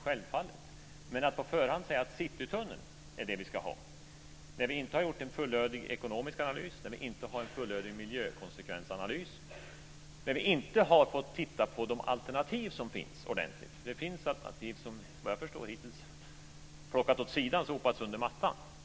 Men vi kommer inte att på förhand säga att Citytunneln är vad vi ska ha, när vi inte har gjort en fullödig ekonomisk analys, när vi inte har en fullödig miljökonsekvensanalys och när vi inte har fått titta ordentligt på de alternativ som finns. Det finns alternativ som, vad jag förstår, hittills har sopats under mattan.